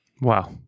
Wow